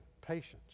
patience